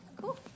Cool